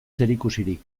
zerikusirik